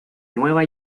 nueva